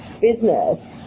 business